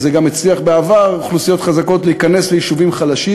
וזה גם הצליח בעבר אוכלוסיות חזקות להיכנס ליישובים חלשים.